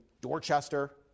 Dorchester